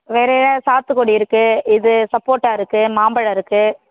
வேறு சாத்துக்கொடி இருக்கு இது சப்போட்டா இருக்கு மாம்பழம் இருக்கு